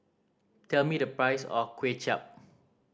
tell me the price of Kway Chap